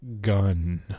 Gun